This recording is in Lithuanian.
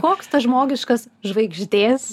koks tas žmogiškas žvaigždės